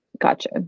Gotcha